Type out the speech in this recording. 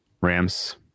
rams